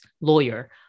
lawyer